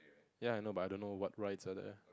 ya I know but I don't know what rights are there